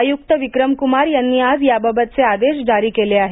आयुक्त विक्रम कुमार यांनी आज याबाबतचे आदेश जारी केले आहेत